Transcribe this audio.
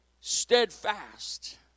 Steadfast